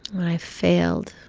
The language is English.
when i failed